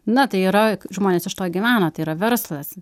na tai yra žmonės iš to gyvena tai yra verslas